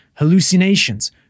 hallucinations